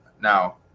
now